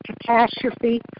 catastrophe